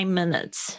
minutes